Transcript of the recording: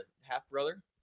half-brother